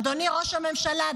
אדוני ראש הממשלה,